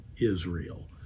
Israel